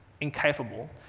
incapable